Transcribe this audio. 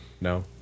No